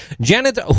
Janet